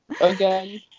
Again